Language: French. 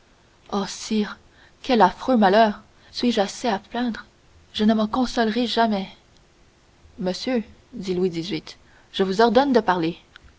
oh sire quel affreux malheur suis-je assez à plaindre je ne m'en consolerai jamais monsieur dit louis xviii je vous ordonne de parler